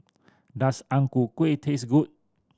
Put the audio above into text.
does Ang Ku Kueh taste good